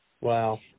Wow